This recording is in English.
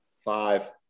Five